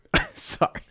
Sorry